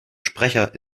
sprecher